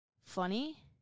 funny